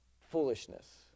foolishness